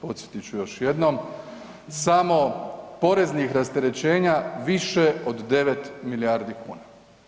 Podsjetit ću još jednom, samo poreznih rasterećenja više od 9 milijardi kuna.